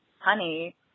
honey